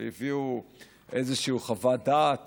הביאו איזושהי חוות דעת